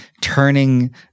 turning